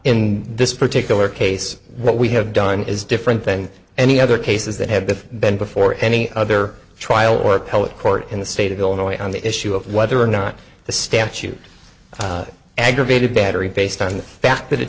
in this particular case what we have done is different than any other cases that have been before any other trial or appellate court in the state of illinois on the issue of whether or not the statute aggravated battery based on the fact that it